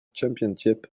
championship